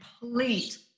complete